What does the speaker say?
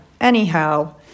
anyhow